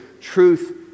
truth